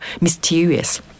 mysterious